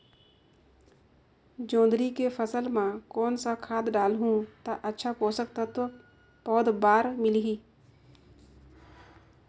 जोंदरी के फसल मां कोन सा खाद डालहु ता अच्छा पोषक तत्व पौध बार मिलही?